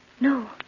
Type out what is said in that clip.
No